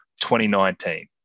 2019